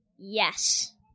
Yes